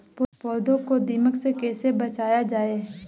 पौधों को दीमक से कैसे बचाया जाय?